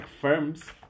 firms